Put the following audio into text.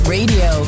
Radio